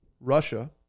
russia